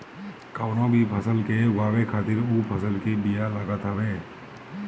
कवनो भी फसल के उगावे खातिर उ फसल के बिया लागत हवे